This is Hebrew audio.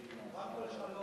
או לנהל